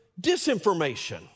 disinformation